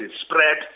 spread